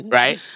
right